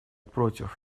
против